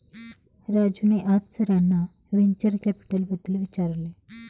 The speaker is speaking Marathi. राजूने आज सरांना व्हेंचर कॅपिटलबद्दल विचारले